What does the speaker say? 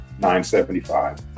975